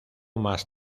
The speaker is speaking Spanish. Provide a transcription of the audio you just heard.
más